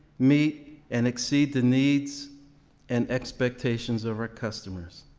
meet and exceed the needs and expectations of our customers.